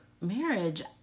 marriage